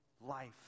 life